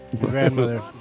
Grandmother